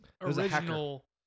original